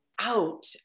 out